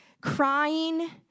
crying